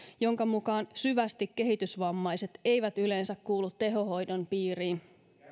jonka mukaan syvästi kehitysvammaiset eivät yleensä kuulu tehohoidon piiriin